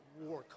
war